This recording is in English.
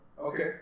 Okay